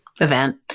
event